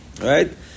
Right